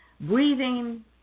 breathing